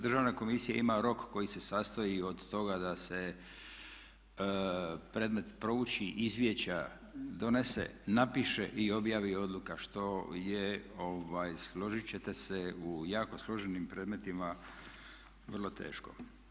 Državna komisija ima rok koji se sastoji od toga da se predmet prouči, izvješća donesu, napišu i objavi odluka što je složit ćete se u jako složenim predmetima vrlo teško.